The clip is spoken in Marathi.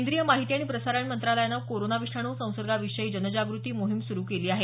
केंद्रीय माहिती आणि प्रसारण मंत्रालयानं कोरोना विषाणू संसर्गा विषयी जनजागृती मोहीम सुरु केली आहे